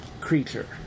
creature